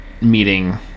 meeting